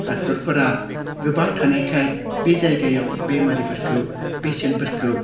डाक्टरफोरा गोबां थानायखाय बे जायगायाव बेमारिफोरखौ पेसियेन्टफोरखौ